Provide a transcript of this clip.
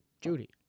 Judy